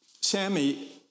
Sammy